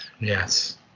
Yes